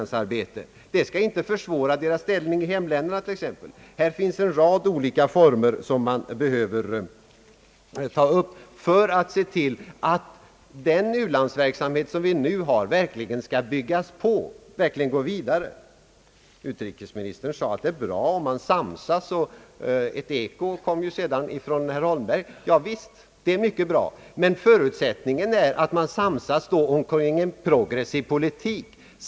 Det skall t.ex. inte försämra deras ställning i hemlandet. Här behövs alltså en hel rad olika åtgärder för att se till att den u-landsverksamhet som vi nu bedriver verkligen byggs på och går vidare. Utrikesministern sade att det var bra om man samsas. Ett eko härav kom sedan från herr Holmberg. Visst är det bra, men förutsättningen är då att man samlas kring en progressiv politik.